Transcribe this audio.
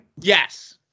Yes